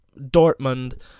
Dortmund